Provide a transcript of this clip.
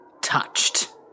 touched